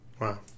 Wow